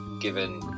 given